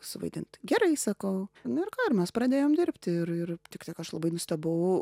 suvaidint gerai sakau nu ir ir mes pradėjom dirbti ir ir tik tiek aš labai nustebau